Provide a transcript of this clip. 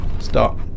Stop